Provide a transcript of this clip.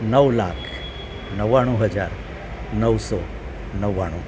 નવ લાખ નવ્વાણું હજાર નવસો નવ્વાણું